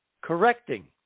Correcting